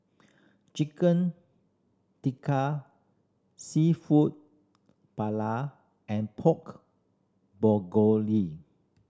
Chicken Tikka Seafood Paella and Pork